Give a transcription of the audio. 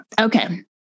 Okay